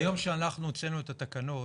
ביום שאנחנו הוצאנו את התקנות,